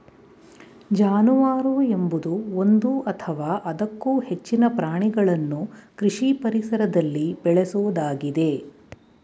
ಜಾನುವಾರು ಎಂಬುದು ಒಂದು ಅಥವಾ ಅದಕ್ಕೂ ಹೆಚ್ಚಿನ ಪ್ರಾಣಿಗಳನ್ನು ಕೃಷಿ ಪರಿಸರದಲ್ಲಿ ಬೇಳೆಸೋದಾಗಿದೆ